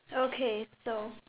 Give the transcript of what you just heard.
okay so